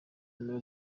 nimero